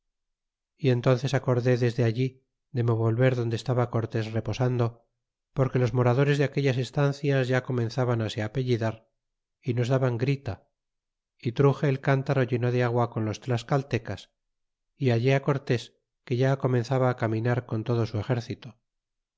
y entónces acordé desde allí de me volver donde estaba cortés reposando porque los moradores de aquellas estancias ya comenza ban á se apellidar y nos daban grita y truxe el cántaro lleno de agua con los tlascaltecas y halle á cortes que ya comenzaba á caminar con todo su exercito